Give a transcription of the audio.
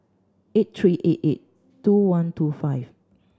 eight three eight eight two one two five